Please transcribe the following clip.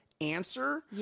answer